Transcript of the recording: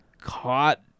caught